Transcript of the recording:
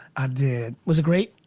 i did. was it great?